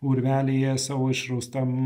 urvelyje savo išraustam